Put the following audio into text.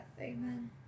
Amen